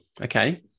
okay